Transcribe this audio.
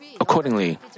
accordingly